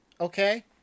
Okay